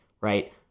right